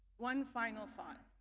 one final thought,